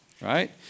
right